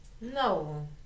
No